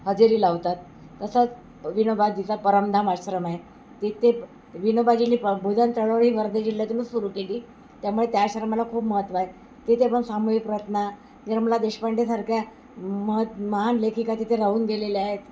हजेरी लावतात तसंच विनोबाजीचा परमधाम आश्रम आहे तिथे विनोबाजींनी प भोजन चळवळी वर्धे जिल्ह्यातूनच सुरू केली त्यामुळे त्या आश्रमाला खूप महत्त्व आहे तिथे पण सामूहिक निर्मला देशपांडेसारख्या मह महान लेखिका तिथे राहून गेलेल्या आहेत